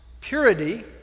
purity